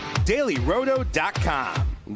dailyroto.com